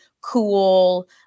cool